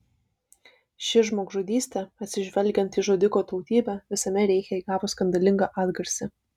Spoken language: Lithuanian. ši žmogžudystė atsižvelgiant į žudiko tautybę visame reiche įgavo skandalingą atgarsį